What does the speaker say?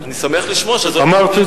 אני שמח לשמוע שזאת עמדת משרד הביטחון.